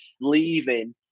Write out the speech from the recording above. leaving